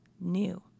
new